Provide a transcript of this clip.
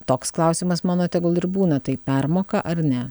toks klausimas mano tegul ir būna tai permoka ar ne